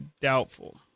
Doubtful